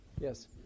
Yes